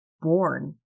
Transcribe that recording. born